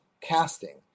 casting